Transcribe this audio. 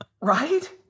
Right